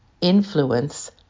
influence